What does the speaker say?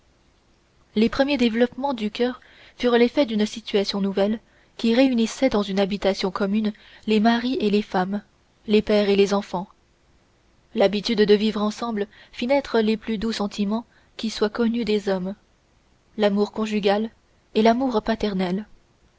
les premiers développements du cœur furent l'effet d'une situation nouvelle qui réunissait dans une habitation commune les maris et les femmes les pères et les enfants l'habitude de vivre ensemble fit naître les plus doux sentiments qui soient connus des hommes l'amour conjugal et l'amour paternel